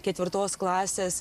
ketvirtos klasės